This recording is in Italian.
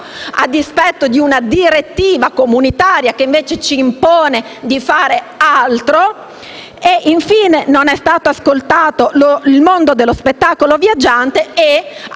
a dispetto di una direttiva comunitaria che invece ci impone di fare altro. Infine, non è stato ascoltato il mondo dello spettacolo viaggiante e